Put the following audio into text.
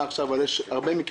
חוק פעוטות בסיכון מתוקצב?